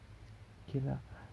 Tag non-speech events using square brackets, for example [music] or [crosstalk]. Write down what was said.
[noise] okay lah